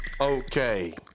Okay